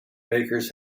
bakers